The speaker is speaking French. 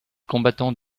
combattants